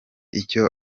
icyo